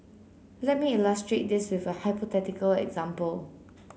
let me illustrate this with a hypothetical example